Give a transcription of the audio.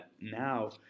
now